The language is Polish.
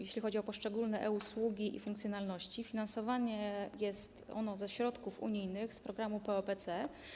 Jeśli chodzi o poszczególne e-usługi i funkcjonalności, to finansowane są one ze środków unijnych - z programu POPC.